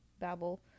babble